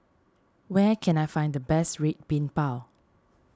where can I find the best Red Bean Bao